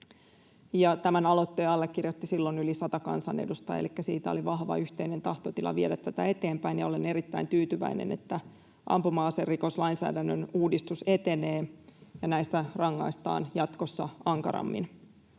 Tämän aloitteen allekirjoitti silloin yli sata kansanedustajaa, elikkä oli vahva yhteinen tahtotila viedä tätä eteenpäin, ja olen erittäin tyytyväinen, että ampuma-aserikoslainsäädännön uudistus etenee ja näistä rangaistaan jatkossa ankarammin.